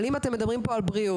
אבל אם אתם מדברים פה על בריאות,